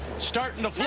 starting to float.